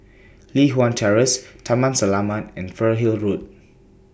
Li Hwan Terrace Taman Selamat and Fernhill Road